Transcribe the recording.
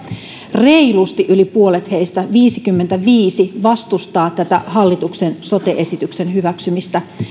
reilusti yli puolet heistä viisikymmentäviisi vastustaa hallituksen sote esityksen hyväksymistä